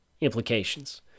implications